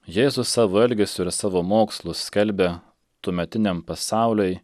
jėzus savo elgesiu ir savo mokslus skelbia tuometiniam pasauliui